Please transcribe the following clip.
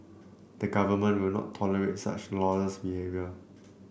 the Government will not tolerate such lawless behaviour